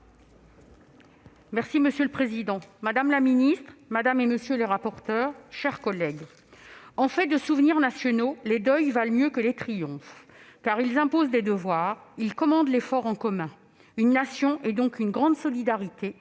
Monsieur le président, madame la ministre, mes chers collègues, « en fait de souvenirs nationaux, les deuils valent mieux que les triomphes, car ils imposent des devoirs, ils commandent l'effort en commun. Une nation est donc une grande solidarité,